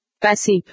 Passive